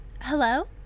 Hello